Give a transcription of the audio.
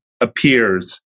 appears